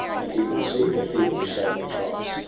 and he will see the feeble shadowy tribes,